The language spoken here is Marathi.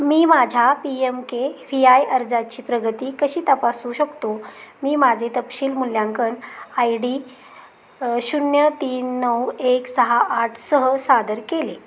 मी माझ्या पीएमकेव्हीआय अर्जाची प्रगती कशी तपासू शकतो मी माझे तपशील मूल्यांकन आय डी शून्य तीन नऊ एक सहा आठसह सादर केले